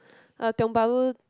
uh Tiong-Bahru